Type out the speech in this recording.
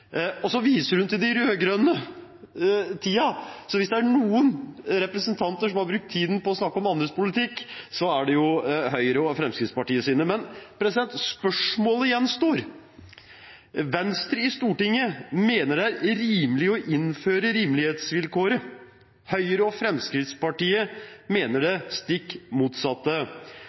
Så viser hun til den rød-grønne tiden. Hvis det er noen som har brukt tiden på å snakke om andres politikk, så er det Høyre og Fremskrittspartiets representanter. Men det gjenstår et spørsmål. Venstre i Stortinget mener det er rimelig å innføre rimelighetsvilkåret. Høyre og Fremskrittspartiet mener det stikk motsatte.